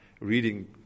reading